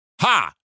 ha